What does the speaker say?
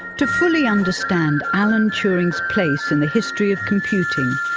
to fully understand alan turing's place in the history of computing,